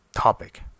topic